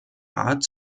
art